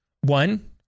One